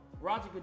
Roger